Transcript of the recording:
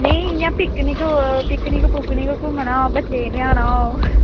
नेईं इयां picnic picnic picnic घूमना होए बच्चे गी लेआना औग